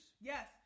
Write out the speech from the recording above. Yes